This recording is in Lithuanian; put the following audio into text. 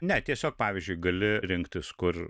ne tiesiog pavyzdžiui gali rinktis kur